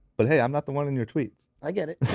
but hey, i'm not the one in your tweets. i get it.